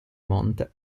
monte